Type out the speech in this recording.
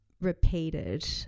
repeated